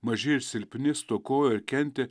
maži ir silpni stokojo ir kentė